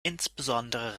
insbesondere